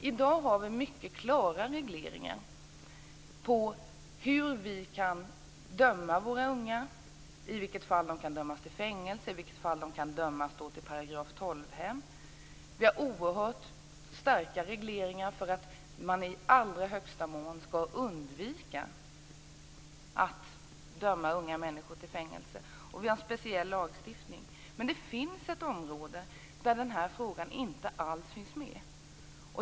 I dag har vi mycket klara regleringar av hur vi kan döma våra unga, i vilket fall de kan dömas till fängelse och i vilket fall de kan dömas till vistelse på § 12-hem. Vi har oerhört starka regleringar för att man i mesta möjliga mån skall undvika att döma unga människor till fängelse. Vi har en speciell lagstiftning. Men det finns ett område där denna fråga inte alls finns med.